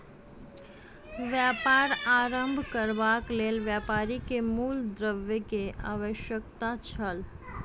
व्यापार आरम्भ करबाक लेल व्यापारी के मूल द्रव्य के आवश्यकता छल